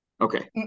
okay